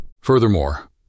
Furthermore